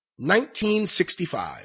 1965